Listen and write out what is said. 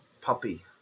puppy